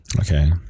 Okay